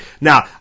Now